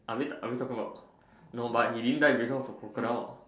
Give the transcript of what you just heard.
are we are we talking about no but we didn't dead because of the crocodile